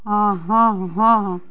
ହଁ ହଁ ହଁ ହଁ ହଁ